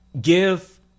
give